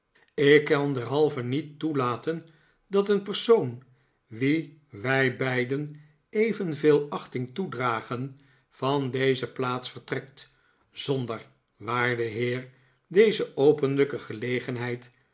ik kan derhalve niet toelaten dat een persoon wien wij beiden eyenveel achting toedragen van deze plaats vertrekt zonder waarde heer deze openlijke gelegenheid